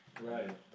Right